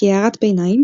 כהערת ביניים,